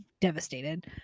devastated